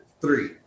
Three